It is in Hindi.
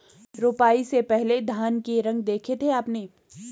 रोपाई से पहले धान के रंग देखे थे आपने?